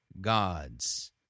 gods